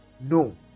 no